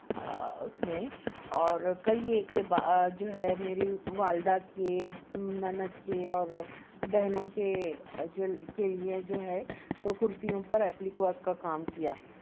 اس میں اور کئی ایک جو ہے میری والدہ کے نند کے اور بہنوں کے کے لیے جو ہے تو کرتیوں پر ایپلک ورک کا کام کیا